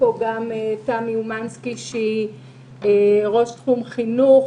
נמצאת פה גם תמי אומנסקי שהיא ראש תחום חינוך,